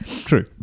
True